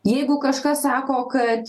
jeigu kažkas sako kad